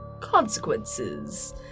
consequences